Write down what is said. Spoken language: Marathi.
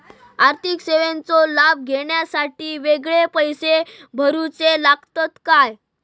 आर्थिक सेवेंचो लाभ घेवच्यासाठी वेगळे पैसे भरुचे लागतत काय?